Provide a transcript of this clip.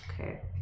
Okay